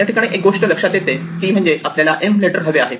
याठिकाणी एक गोष्ट लक्षात येते ते म्हणजे आपल्याला M लेटर हवे आहे